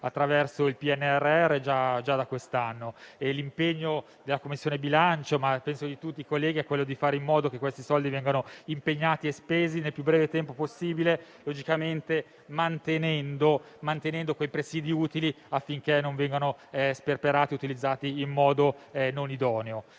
attraverso il PNRR già da quest'anno. L'impegno della Commissione bilancio - ma penso di tutti i colleghi - è quello di fare in modo che questi soldi vengano impegnati e spesi nel più breve tempo possibile, logicamente mantenendo quei presidi utili affinché non vengono sperperati e utilizzati in modo non idoneo.